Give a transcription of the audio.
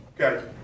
okay